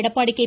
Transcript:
Edappadi K